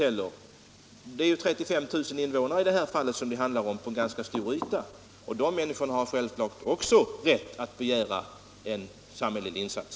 I det här fallet handlar det om 35 000 invånare på en ganska stor yta. De människorna har självfallet också rätt att begära en samhällelig insats.